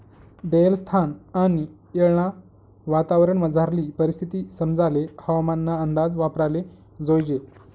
देयेल स्थान आणि येळना वातावरणमझारली परिस्थिती समजाले हवामानना अंदाज वापराले जोयजे